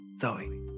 Zoe